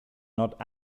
not